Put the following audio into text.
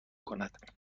کند